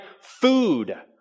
food